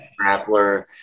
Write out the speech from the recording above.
grappler